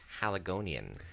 Haligonian